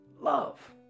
love